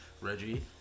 Reggie